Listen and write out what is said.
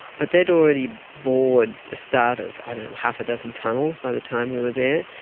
but they had already bored the start of half a dozen tunnels by the time we were there,